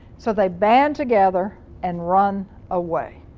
so they band together and run away.